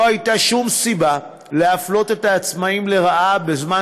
לא הייתה שום סיבה להפלות את העצמאים לרעה בזמן